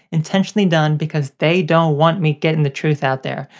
intentionally done because they don't want me getting the truth out there,